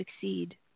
succeed